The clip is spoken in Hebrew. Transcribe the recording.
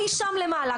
אי שם למעלה,